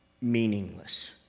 meaningless